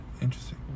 interesting